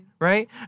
Right